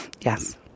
Yes